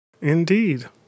Indeed